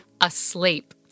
asleep